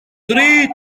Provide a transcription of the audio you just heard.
dri